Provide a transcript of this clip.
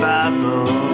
Bible